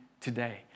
today